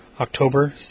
October